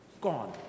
gone